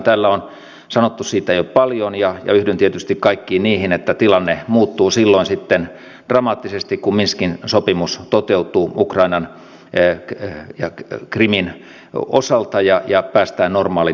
täällä on sanottu siitä jo paljon ja yhdyn tietysti kaikkiin niihin että tilanne muuttuu dramaattisesti silloin kun minskin sopimus toteutuu ukrainan ja krimin osalta ja päästään normaaliin päiväjärjestykseen